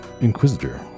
Inquisitor